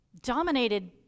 dominated